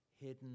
hidden